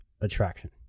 attraction